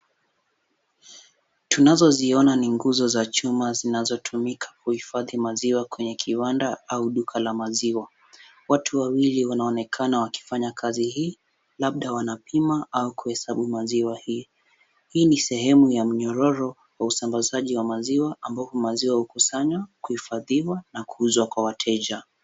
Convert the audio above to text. Tunazoziona ni nguzo za chuma zinazotumika kuhifadhi maziwa kwenye kiwanda au duka la maziwa. Watu wawili wanaonekana wakifanya kazi hii labda wanapima au kuhesabu maziwa hii. Hii ni sehemu ya mnyororo wa usambazaji wa maziwa ambapo maziwa hukusanywa, kuhifadhiwa na kuuzwa kwa wateja.